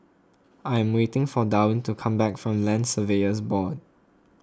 I am waiting for Darwyn to come back from Land Surveyors Board